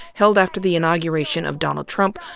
held after the inauguration of donald trump,